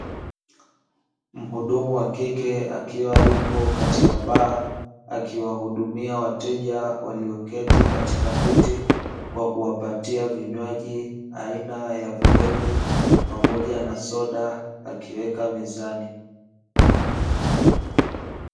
Mhudumu wa kike akiwa yupo katika baa akiwahudumia wateja walioketi katika viti, na kuwapatia vinywaji aina ya vilevi pamoja na soda akiweka mezani.